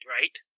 right